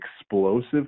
explosive